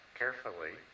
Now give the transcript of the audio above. carefully